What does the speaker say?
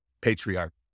patriarch